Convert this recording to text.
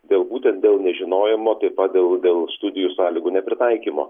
dėl būtent dėl nežinojimo taip pat dėl dėl studijų sąlygų nepritaikymo